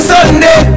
Sunday